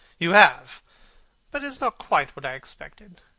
you have but it is not quite what i expected.